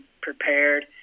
prepared